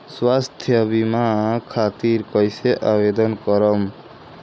स्वास्थ्य बीमा खातिर कईसे आवेदन करम?